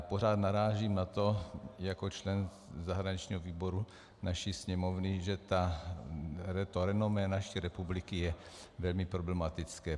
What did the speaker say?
Pořád narážím na to jako člen zahraničního výboru naší Sněmovny, že to renomé naší republiky je velmi problematické.